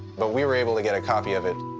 but we were able to get a copy of it.